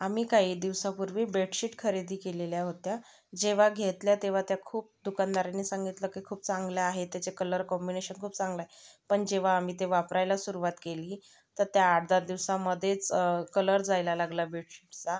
आम्ही काही दिवसांपूर्वी बेटशीट खरेदी केलेल्या होत्या जेव्हा घेतल्या तेव्हा त्या खूप दुकानदाराने सांगितलं की खूप चांगल्या आहे त्याचे कलर काँबिनेशन खूप चांगलं आहे पण जेव्हा आम्ही ते वापरायला सुरुवात केली तर त्या आठ दहा दिवसांमध्येच कलर जायला लागला बेटशीटचा